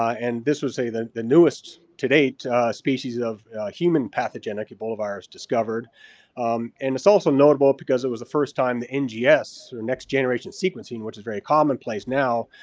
ah and this was a the the newest to date species of human pathogenic ebola virus discovered. and it's also notable because it was the first time the ngs, or next generation sequencing, which is very commonplace now,